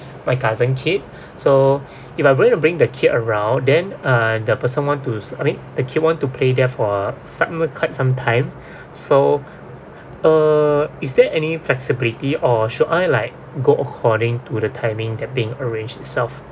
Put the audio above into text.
my cousin kid so if I were to bring the kid around then uh the person want to s~ I mean the kid want to play there for some quite some time so uh is there any flexibility or should I like go according to the timing that being arranged itself